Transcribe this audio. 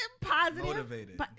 positive